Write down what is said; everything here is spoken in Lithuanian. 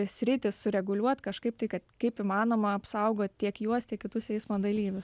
sritį sureguliuot kažkaip tai kad kaip įmanoma apsaugot tiek juos tiek kitus eismo dalyvius